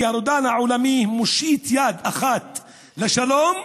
כי הרודן העולמי מושיט יד אחת לשלום,